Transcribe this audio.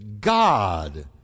God